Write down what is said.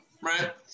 right